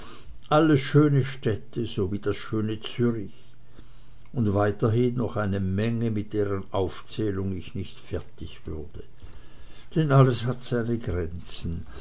alles schöne städte sowie das schöne zürich und weiterhin noch eine menge mit deren aufzählung ich nicht fertig würde denn alles hat seine grenzen